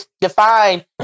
define